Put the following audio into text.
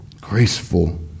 graceful